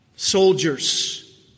Soldiers